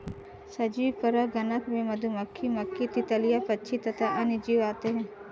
सजीव परागणक में मधुमक्खी, मक्खी, तितलियां, पक्षी तथा अन्य जीव आते हैं